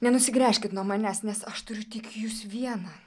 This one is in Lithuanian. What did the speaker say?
nenusigręžkit nuo manęs nes aš turiu tik jus vieną